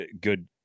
good